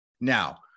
Now